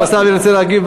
אם השר ירצה להגיב,